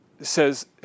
says